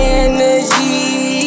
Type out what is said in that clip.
energy